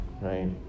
right